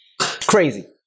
Crazy